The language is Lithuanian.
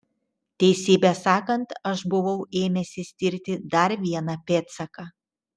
teisybę sakant aš buvau ėmęsis tirti dar vieną pėdsaką